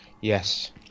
Yes